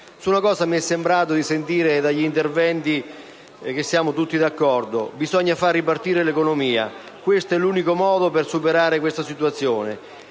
Su una cosa mi è sembrato di capire, ascoltando gli interventi, che siamo tutti d'accordo: bisogna far ripartire l'economia. Questo è l'unico modo per superare questa situazione.